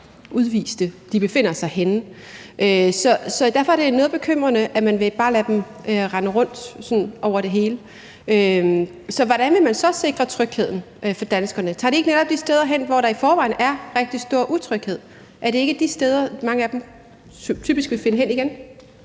udviste befinder sig henne. Derfor er det noget bekymrende, at man bare vil lade dem rende rundt sådan over det hele. Hvordan vil man så sikre trygheden for danskerne? Tager de ikke netop de steder hen, hvor der i forvejen er rigtig stor utryghed? Er det ikke de steder, mange af dem typisk vil finde hen igen?